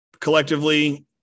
collectively